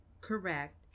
correct